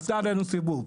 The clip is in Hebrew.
עשתה עלינו סיבוב,